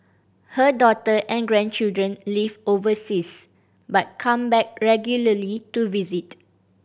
her daughter and grandchildren live overseas but come back regularly to visit